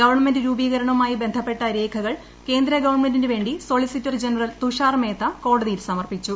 government രൂപീകരണവുമായി ബന്ധപ്പെട്ട രേഖകൾ കേന്ദ്ര ്ഗവൺമെന്റിന് വേ ി സോളിസിറ്റർ ജനറൽ തുഷാർ മേത്ത കോടതിയിൽ സമർപ്പിച്ചു